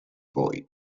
poi